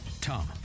Tom